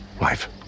wife